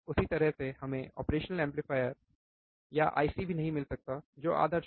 उसी तरह से हमें ऑपरेशनल एम्पलीफायर या IC भी नहीं मिल सकता है जो आदर्श हो